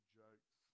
jokes